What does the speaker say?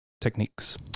techniques